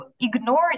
ignore